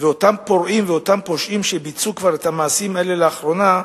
ואותם פורעים ואותם פושעים שביצעו את המעשים האלה לאחרונה,